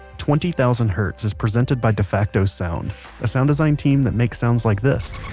twenty thousand hertz is presented by defacto sound a sound design team that makes sounds like this,